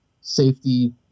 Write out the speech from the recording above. safety